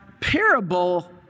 parable